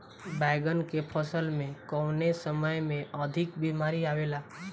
बैगन के फसल में कवने समय में अधिक बीमारी आवेला?